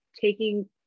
taking